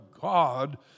God